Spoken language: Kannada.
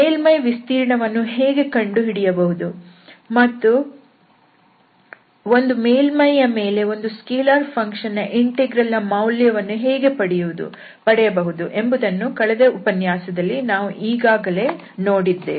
ಮೇಲ್ಮೈ ವಿಸ್ತೀರ್ಣ ವನ್ನು ಹೇಗೆ ಕಂಡುಹಿಡಿಯಬಹುದು ಮತ್ತು ಒಂದು ಮೇಲ್ಮೈಯ ಮೇಲೆ ಒಂದು ಸ್ಕೆಲಾರ್ ಫಂಕ್ಷನ್ ನ ಇಂಟೆಗ್ರಲ್ ನ ಮೌಲ್ಯವನ್ನು ಹೇಗೆ ಪಡೆಯಬಹುದು ಎಂಬುದನ್ನು ಕಳೆದ ಉಪನ್ಯಾಸದಲ್ಲಿ ನಾವು ಈಗಾಗಲೇ ನೋಡಿದ್ದೇವೆ